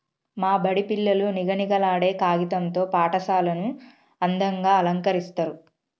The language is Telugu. మా బడి పిల్లలు నిగనిగలాడే కాగితం తో పాఠశాలను అందంగ అలంకరిస్తరు